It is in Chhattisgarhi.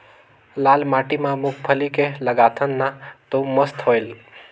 लाल माटी म मुंगफली के लगाथन न तो मस्त होयल?